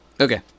okay